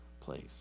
place